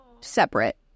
separate